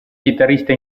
chitarrista